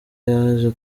yaje